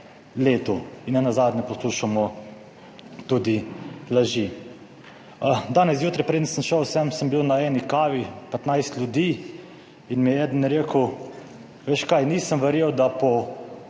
letu, in nenazadnje poslušamo tudi laži. Danes zjutraj, preden sem šel sem, sem bil na eni kavi, 15 ljudi in mi je eden rekel: »Veš kaj, nisem verjel, da po